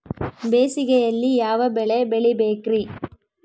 ಬೇಸಿಗೆಯಲ್ಲಿ ಯಾವ ಬೆಳೆ ಬೆಳಿಬೇಕ್ರಿ?